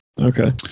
Okay